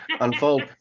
unfold